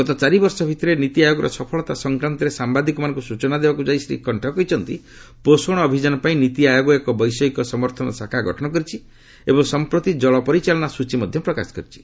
ଗତ ଚାରିବର୍ଷ ଭିତରେ ନୀତି ଆୟୋଗର ସଫଳତା ସଂକ୍ରାନ୍ତରେ ସାମ୍ଭାଦିକମାନଙ୍କୁ ସୂଚନା ଦେବାକୁ ଯାଇ ଶ୍ରୀ କଣ୍ଠ କହିଛନ୍ତି ପୋଷଣ ଅଭିଯାନ ପାଇଁ ନୀତି ଆୟୋଗ ଏକ ବୈଷୟିକ ସମର୍ଥନ ଶାଖା ଗଠନ କରିଛି ଏବଂ ସମ୍ପ୍ରତି ଜଳ ପରିଚାଳନା ସ୍ଚଚୀ ମଧ୍ୟ ପ୍ରକାଶ କରିଛି